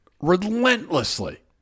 relentlessly